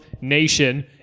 Nation